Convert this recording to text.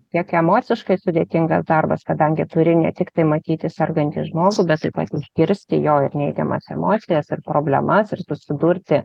tiek emociškai sudėtingas darbas kadangi turi ne tiktai matyti sergantį žmogų bet taip pat išgirsti jo ir neigiamas emocijas ir problemas ir susidurti